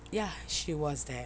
ya she was there